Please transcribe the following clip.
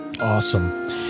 Awesome